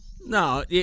No